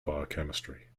biochemistry